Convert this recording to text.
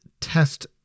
test